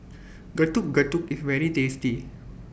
Getuk Getuk IS very tasty